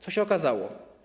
Co się okazało?